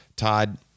Todd